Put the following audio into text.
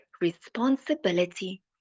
responsibility